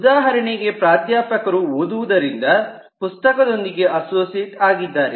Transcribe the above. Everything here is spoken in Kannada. ಉದಾಹರಣೆಗೆ ಪ್ರಾಧ್ಯಾಪಕರು ಓದುವುದರಿಂದ ಪುಸ್ತಕದೊಂದಿಗೆ ಅಸೋಸಿಯೇಟ್ ಆಗಿದ್ದಾರೆ